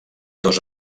dos